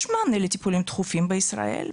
יש מענה לטיפולים דחופים בישראל.